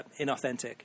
inauthentic